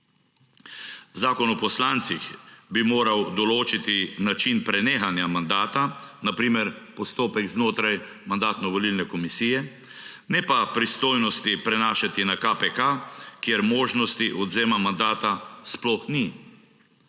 Zakon o poslancih bi moral določiti način prenehanja mandata, na primer postopek znotraj Mandatno-volilne komisije, ne pa pristojnosti prenašati na KPK, kjer možnosti odvzema mandata sploh ni.